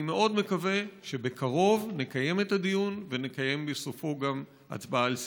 אני מאוד מקווה שבקרוב נקיים את הדיון ונקיים בסופו גם הצבעה על סיכום.